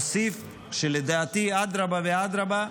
אוסיף שלדעתי אדרבה ואדרבה,